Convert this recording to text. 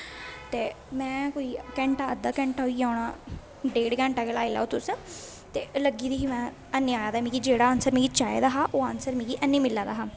ते में कोई घेंटा अद्धा घेंटा होई गेआ होना डेड घेटां गै लाई लेऔ तुस ते लग्गी दी में हैनी आया जेहडा आनसर मिगी चाहिदा हा ओह् आनसर मिगी एह् नेईं मिला दा हा